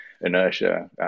inertia